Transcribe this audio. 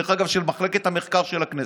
הוא של מחלקת המחקר של הכנסת.